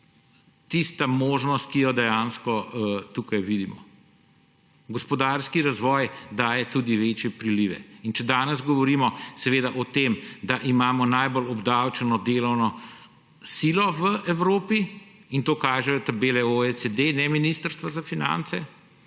tista možnost, ki jo dejansko tukaj vidimo. Gospodarski razvoj daje tudi večje prilive. In če danes govorimo o tem, da imamo najbolj obdavčeno delovno silo v Evropi – in to kažejo tabele OECD, ne Ministrstva za finance